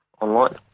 online